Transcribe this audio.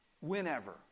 Whenever